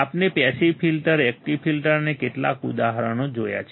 આપણે passive filter active filter અને કેટલાક ઉદાહરણો જોયા છે